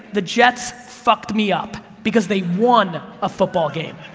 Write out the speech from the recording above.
the jets fucked me up because they won a football game.